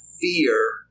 fear